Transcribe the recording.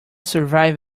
survive